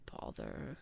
bother